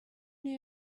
new